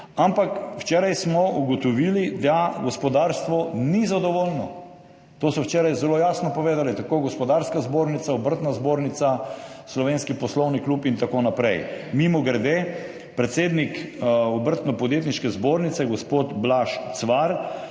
Ampak včeraj smo ugotovili, da gospodarstvo ni zadovoljno. To so včeraj zelo jasno povedali, tako Gospodarska zbornica, Obrtno-podjetniška zbornica, Slovenski poslovni klub in tako naprej. Mimogrede, predsednik Obrtno-podjetniške zbornice, gospod Blaž Cvar,